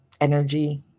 energy